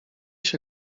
się